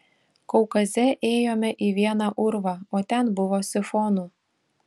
kaukaze ėjome į vieną urvą o ten buvo sifonų